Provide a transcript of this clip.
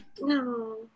No